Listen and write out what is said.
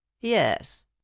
yes